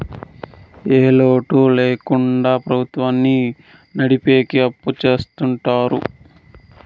ఏ లోటు ల్యాకుండా ప్రభుత్వాన్ని నడిపెకి అప్పు చెత్తుంటారు